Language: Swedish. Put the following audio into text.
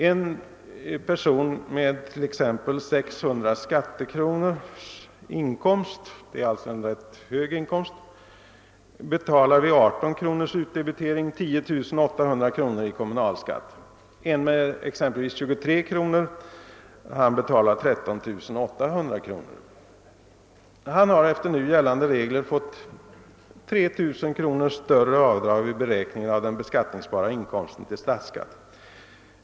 En person med t.ex. 600 skattekronors inkomst, alltså en rätt hög inkomst, betalar vid 18 kr. utdebitering 10 800 kr. i kommunalskatt. En person med exempelvis 23 kr. i kommunal utdebitering betalar 13 800 kr. Han har efter nu gällande regler fått 3 000 kr. större avdrag vid beräkningen av den beskattningsbara inkomsten till statsskatt.